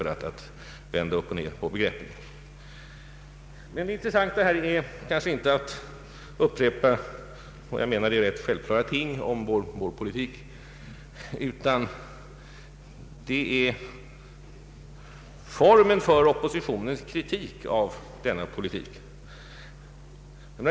Det intressanta är kanske inte att upprepa ganska självklara ting om vår politik, utan det intressanta är formen för oppositionens kritik av denna politik.